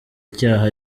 icyaha